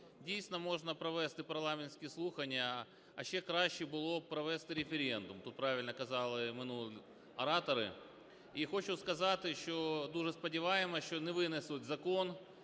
Дійсно, можна провести парламентські слухання, а ще краще було б провести референдум, тут правильно казали минулі оратори. І хочу сказати, що дуже сподіваємося, що не винесуть закон